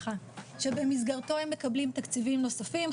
שבמסגרתו הם מקבלים תקציבים נוספים,